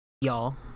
y'all